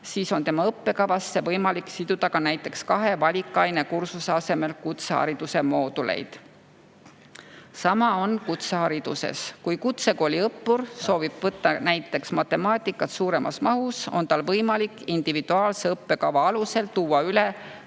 siis on tema õppekavas võimalik siduda kahe valikainekursuse asemel kutsehariduse mooduleid. Sama on kutsehariduses. Kui kutsekooli õppur soovib võtta näiteks matemaatikat suuremas mahus, on tal võimalik individuaalse õppekava alusel tuua üle